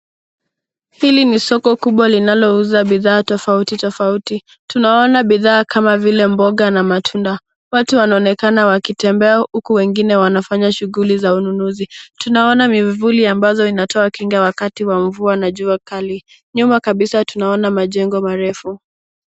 Hili ni soko kubwa linalouza bidhaa tofauti tofauti. Tunaona bidhaa kama vile mboga na matunda. Watu wanaonekana wakitembea, huku wengine wanafanya shughuli za ununuzi. Tunaone myavuli ambayo inatoa kinga wakati wa mvua na jua kali. Nyuma kabisa tunaona majengo marefu.